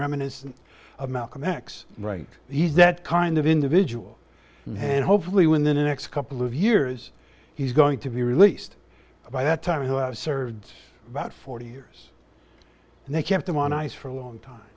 reminiscent of malcolm x right he's that kind of individual and hopefully when the next couple of years he's going to be released by that time who served about forty years and they kept him on ice for a long time